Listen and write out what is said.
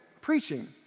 preaching